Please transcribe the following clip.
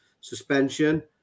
suspension